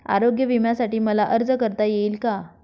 आरोग्य विम्यासाठी मला अर्ज करता येईल का?